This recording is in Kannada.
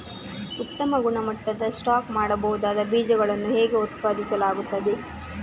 ಉತ್ತಮ ಗುಣಮಟ್ಟದ ಸ್ಟಾಕ್ ಮಾಡಬಹುದಾದ ಬೀಜಗಳನ್ನು ಹೇಗೆ ಉತ್ಪಾದಿಸಲಾಗುತ್ತದೆ